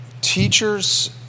teachers